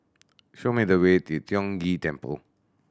show me the way to Tiong Ghee Temple